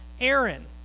Aaron